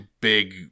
big